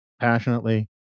passionately